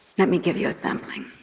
let me give you a sampling.